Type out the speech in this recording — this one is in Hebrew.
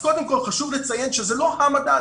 קודם כל, חשוב לציין שזה לא המדד.